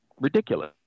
ridiculous